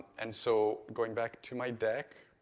and so, going back to my deck,